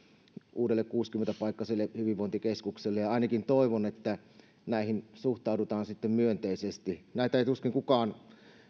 uudelle kuusikymmentä paikkaiselle hyvinvointikeskukselle ja ainakin toivon että näihin suhtaudutaan sitten myönteisesti tällaisia investointeja ei tuskin kukaan